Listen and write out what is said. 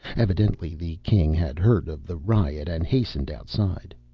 evidently the king had heard of the riot and hastened outside.